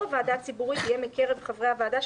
הוועדה הציבורית יהיה מקרב חברי הוועדה,